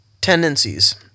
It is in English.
tendencies